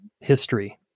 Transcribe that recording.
history